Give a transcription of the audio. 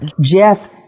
Jeff